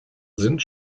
sind